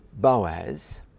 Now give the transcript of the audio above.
Boaz